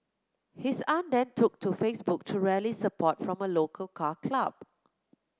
his aunt then took to Facebook to rally support from a local car club